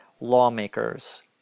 lawmakers